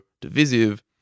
divisive